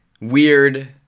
weird